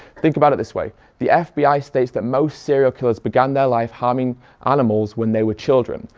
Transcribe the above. think about it this way the fbi states that most serial killers began their life harming animals when they were children.